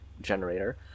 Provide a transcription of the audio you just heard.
generator